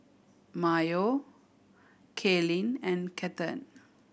Mayo Kaylyn and Cathern